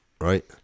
right